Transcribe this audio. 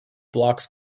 blocks